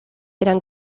eran